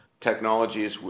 technologies